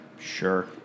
Sure